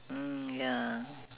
mm ya